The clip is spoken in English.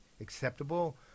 acceptable